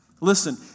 listen